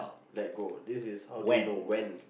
let go this is how do you know when